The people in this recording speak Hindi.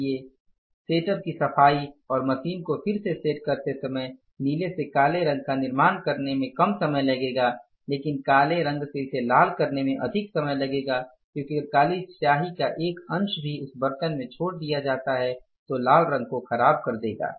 इसलिए सेटअप की सफाई और मशीन को फिर से सेट करते समय नीले से काले रंग का निर्माण करने में कम समय लगेगा लेकिन काले रंग से इसे लाल करने में अधिक समय लगेगा क्योंकि अगर काली स्याही का एक अंश भी उस उस बर्तन में छोड़ दिया जाता है तो लाल रंग को ख़राब कर देगा